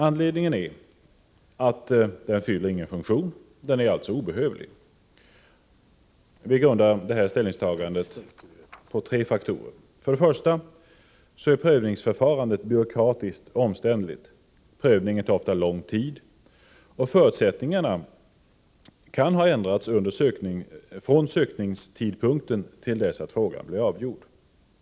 Anledningen är att den inte fyller någon funktion och alltså är obehövlig. Vi grundar detta ställningstagande på tre faktorer. För det första är prövningsförfarandet byråkratiskt och omständligt. Prövningen tar ofta lång tid, och förutsättningarna kan ha ändrats från ansökningstidpunkten till dess att frågan blir avgjord.